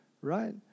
Right